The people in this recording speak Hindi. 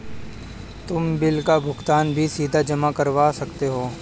तुम बिल का भुगतान भी सीधा जमा करवा सकते हो